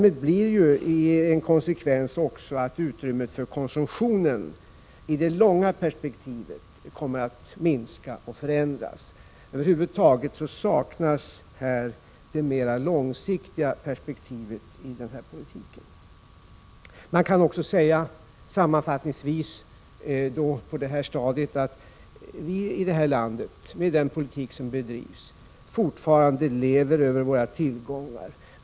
En konsekvens av det är att utrymmet för konsumtion i det långa perspektivet kommer att minska och förändras. Över huvud taget saknas ett mer långsiktigt perspektiv i den politik som förs. Sammanfattningsvis kan på det här stadiet sägas att vi i det här landet, med den politik som bedrivs, fortfarande lever över våra tillgångar.